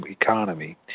economy